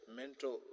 mental